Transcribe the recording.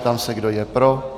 Ptám se, kdo je pro.